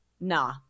nah